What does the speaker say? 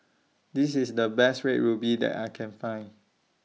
This IS The Best Red Ruby that I Can Find